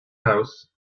house